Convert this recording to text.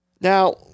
Now